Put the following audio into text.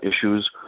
issues